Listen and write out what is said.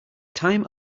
time